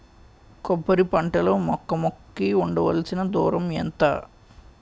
కొబ్బరి పంట లో మొక్క మొక్క కి ఉండవలసిన దూరం ఎంత